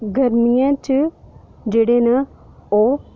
गर्मियें च जेह्ड़े न ओह्